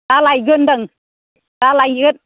दा लायगोन जों दा लायगोन